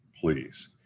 please